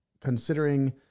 Considering